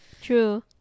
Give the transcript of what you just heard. True